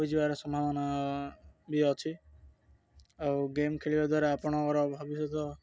ହୋଇଯିବାର ସମ୍ଭାବନା ବି ଅଛି ଆଉ ଗେମ୍ ଖେଳିବା ଦ୍ୱାରା ଆପଣଙ୍କର ଭବିଷ୍ୟତ